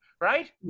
right